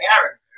character